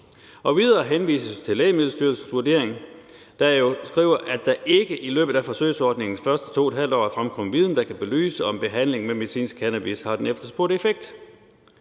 Videre henvises der til Lægemiddelstyrelsens vurdering, hvor det jo hedder, at der ikke i løbet af forsøgsordningens første 2½ år er fremkommet viden, der kan belyse, om behandlingen med medicinsk cannabis har den efterspurgte effekt.